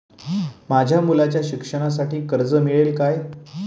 माझ्या मुलाच्या शिक्षणासाठी कर्ज मिळेल काय?